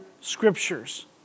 scriptures